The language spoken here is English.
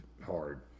hard